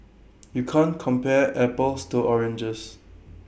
you can't compare apples to oranges